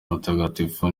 mutagatifu